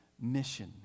mission